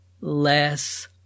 less